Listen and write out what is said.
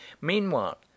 Meanwhile